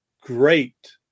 great